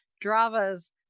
Drava's